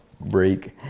break